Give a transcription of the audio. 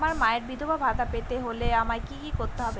আমার মায়ের বিধবা ভাতা পেতে হলে আমায় কি কি করতে হবে?